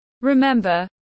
Remember